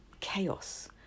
chaos